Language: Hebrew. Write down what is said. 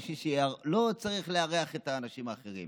אלה אנשים שצריכים לא לארח אנשים אחרים